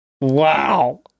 wow